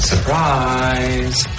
Surprise